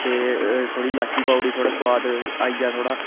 ते थोह्ड़ी लाची पाई ओड़ी थोह्ड़ा सुआद आई जा थोह्ड़ा